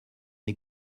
est